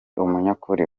umunyakuri